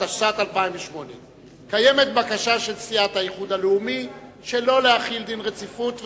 התשס"ט 2008. קיימת בקשה של סיעת האיחוד הלאומי שלא להחיל דין רציפות.